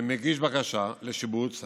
שמגיש בקשה לשיבוץ,